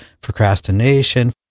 procrastination